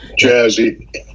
Jazzy